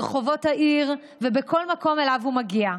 ברחובות העיר ובכל מקום שאליו הוא מגיע.